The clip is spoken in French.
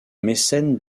mécène